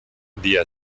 día